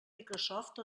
microsoft